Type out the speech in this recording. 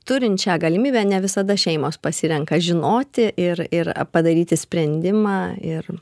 turint šią galimybę ne visada šeimos pasirenka žinoti ir ir padaryti sprendimą ir